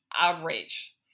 outrage